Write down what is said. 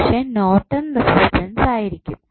പക്ഷേ Norton resistance ആയിരിക്കും